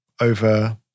over